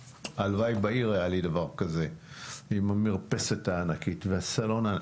הלוואי ובעיר היה לי את הדבר הזה עם המרפסת הענקית והסלון הענק.